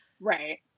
right